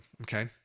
Okay